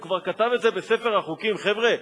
הוא כבר כתב את זה בספר החוקים: חבר'ה,